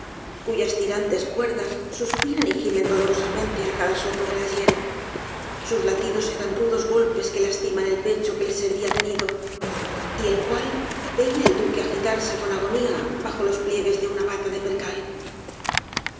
cuyas tirantes cuerdas suspiran y gimen dolorosamente á cada soplo que las hiere sus latidos eran rudos golpes que lastimaban el pecho que les servía de nido y el cual veía el duque agitarse con agonía bajo los pliegues de una bata de percal